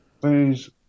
Please